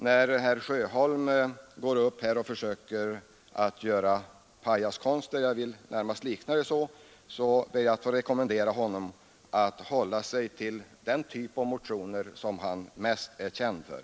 När herr Sjöholm går upp och försöker göra pajaskonster — jag vill närmast likna det vid sådana — ber jag att få rekommendera honom att hålla sig till den typ av motioner som han mest är känd för.